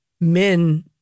men